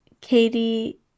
Katie